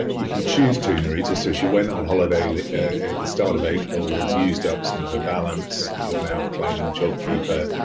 you can choose to narita. so she went on holiday at like the start of april, has used up some of her balance. you're now claiming jobkeeper.